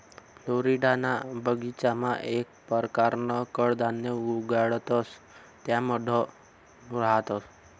फ्लोरिडाना बगीचामा येक परकारनं कडधान्य उगाडतंस त्या मठ रहातंस